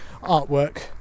artwork